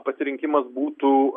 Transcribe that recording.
pasirinkimas būtų